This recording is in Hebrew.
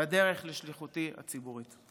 בדרך לשליחותי הציבורית.